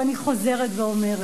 ואני חוזרת ואומרת,